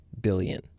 billion